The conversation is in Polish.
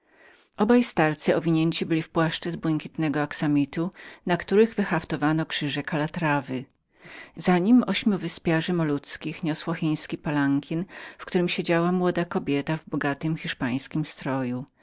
obaj starcy owinięci byli w płaszcze z błękitnego axamitu na których zdaleka błyszczał krzyż kalatrawy za niemi ośmiu wyspiarzy malajskich niosło chiński palankin w którym siedziała młoda kobieta w bogatym hiszpańskim stroju